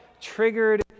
triggered